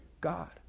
God